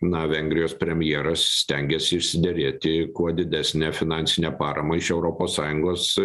na vengrijos premjeras stengiasi išsiderėti kuo didesnę finansinę paramą iš europos sąjungos